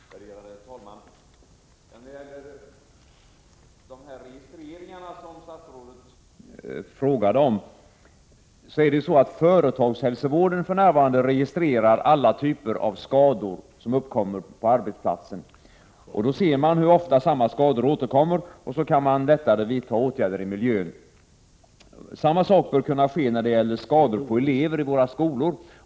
Herr talman! När det gäller registreringarna av skador, som statsrådet frågade om, vill jag säga att företagshälsovården för närvarande registrerar alla typer av skador som uppkommer på arbetsplatsen. Man ser hur ofta samma slag av skador återkommer och kan då lättare vidta åtgärder. Samma sak skulle kunna ske när det gäller eleverna i våra skolor.